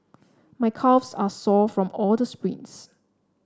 my calves are sore from all the sprints